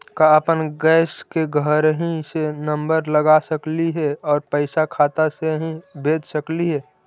का अपन गैस के घरही से नम्बर लगा सकली हे और पैसा खाता से ही भेज सकली हे?